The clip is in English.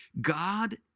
God